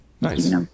nice